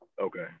Okay